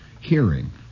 hearing